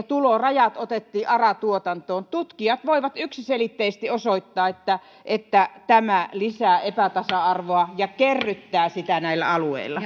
tulorajat otettiin ara tuotantoon tutkijat voivat yksiselitteisesti osoittaa että että tämä lisää epätasa arvoa ja kerryttää sitä näillä alueilla